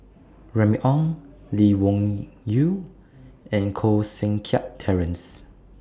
Remy Ong Lee Wung Yew and Koh Seng Kiat Terence